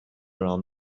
around